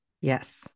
Yes